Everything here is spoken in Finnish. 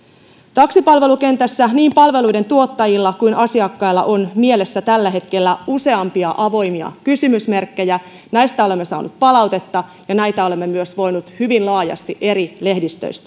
taksipalvelukentällä niin palveluiden tuottajilla kuin asiakkailla on mielessä tällä hetkellä useampia avoimia kysymysmerkkejä näistä olemme saaneet palautetta ja näitä olemme myös voineet hyvin laajasti eri lehdistä